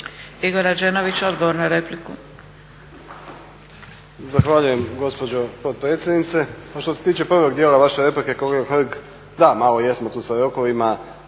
Igor Rađenović, odgovor na repliku.